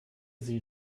sie